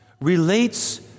relates